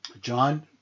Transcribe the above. John